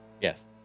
Yes